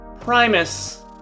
Primus